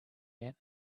yet